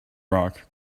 rock